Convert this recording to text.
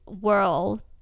world